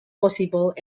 possible